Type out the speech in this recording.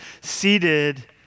seated